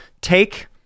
Take